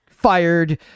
Fired